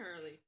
early